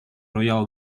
royal